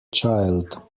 child